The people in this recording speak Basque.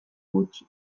gutxi